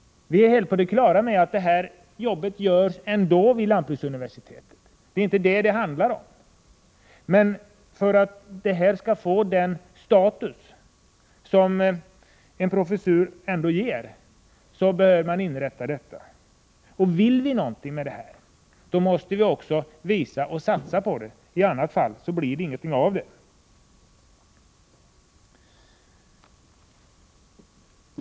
Vi är helt på det klara med att detta arbete ändå utförs vid lantbruksuniversitetet — det är inte detta som det handlar om. Men en professur bör ändå inrättas för att ge frågorna den status som de bör ha. Vill vi någonting med detta måste vi också satsa — annars blir det ingenting av det hela.